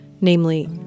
namely